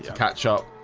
catch up.